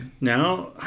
Now